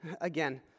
again—